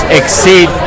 exceed